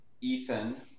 Ethan